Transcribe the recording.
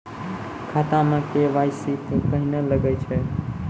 खाता मे के.वाई.सी कहिने लगय छै?